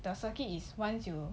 the circuit is once you